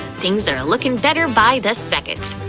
things are looking better by the second.